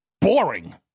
boring